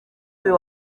uyu